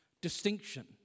Distinction